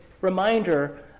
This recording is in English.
reminder